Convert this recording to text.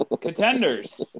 Contenders